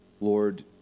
Lord